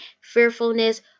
fearfulness